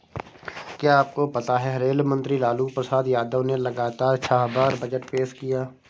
क्या आपको पता है रेल मंत्री लालू प्रसाद यादव ने लगातार छह बार बजट पेश किया?